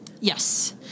Yes